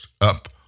up